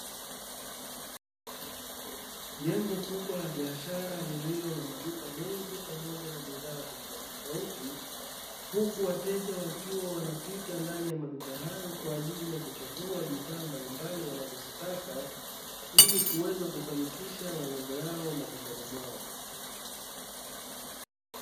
Jengo kubwa la biashara lililo na maduka mengi pamoja na bidhaa tofautitofauti, huku wateja wakiwa wanapita ndani ya maduka hayo kwa ajili ya kuchagua bidhaa mbalimbali wanazozitaka ili kuweza kufanikisha malengo yao majumbani mwao.